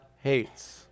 hates